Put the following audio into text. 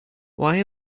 why